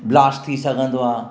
blast थी सघंदो आहे